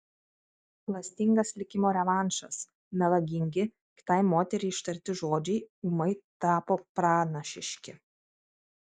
klastingas likimo revanšas melagingi kitai moteriai ištarti žodžiai ūmai tapo pranašiški